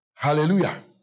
Hallelujah